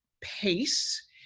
pace